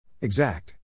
Exact